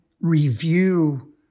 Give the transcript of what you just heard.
review